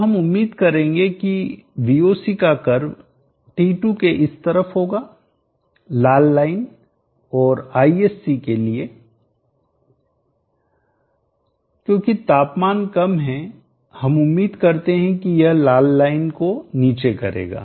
तो हम उम्मीद करेंगे कि Voc का कर्व T2 के इस तरफ होगा लाल लाइन और Isc के लिए क्योंकि तापमान कम है हम उम्मीद करते हैं कि यह लाल लाइन को नीचे करेगा